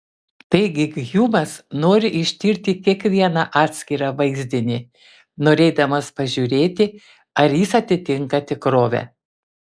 taigi hjumas nori ištirti kiekvieną atskirą vaizdinį norėdamas pažiūrėti ar jis atitinka tikrovę